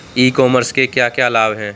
ई commerce के क्या क्या लाभ हैं?